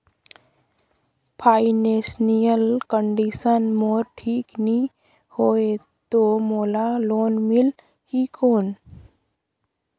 Financial condition मोर ठीक नी हवे तो मोला लोन मिल ही कौन??